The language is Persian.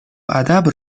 ادب